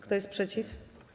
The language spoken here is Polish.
Kto jest przeciw?